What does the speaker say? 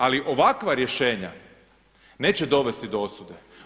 Ali ovakva rješenja neće dovesti do osude.